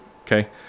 Okay